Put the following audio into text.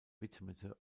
widmete